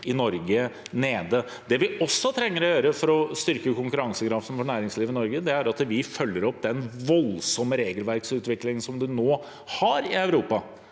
i Norge nede. Det vi også trenger å gjøre for å styrke konkurransekraften for næringslivet i Norge, er å følge opp den voldsomme regelverksutviklingen som man nå har i Europa,